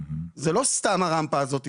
זה לא סתם הרמפה הזאת,